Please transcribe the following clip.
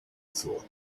thought